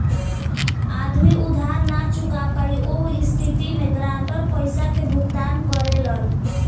आदमी उधार ना चूका पायी ओह स्थिति में गारंटर पइसा के भुगतान करेलन